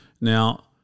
Now